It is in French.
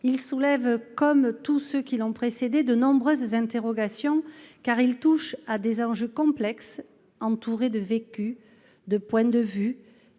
Il soulève, comme tous les textes bioéthiques qui l'ont précédé, de nombreuses interrogations, car il touche à des enjeux complexes, empreints de vécus, de points de vue